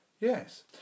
Yes